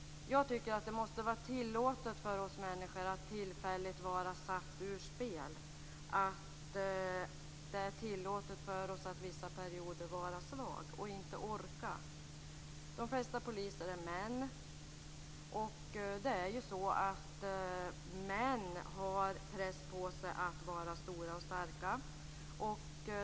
Jag tycker att det måste vara tillåtet för oss människor att tillfälligt vara satta ur spel och att under vissa perioder vara svaga och inte orka. De flesta poliser är män. Män har press på sig att vara stora och starka.